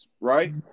right